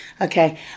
okay